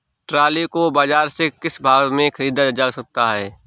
Trolley को बाजार से किस भाव में ख़रीदा जा सकता है?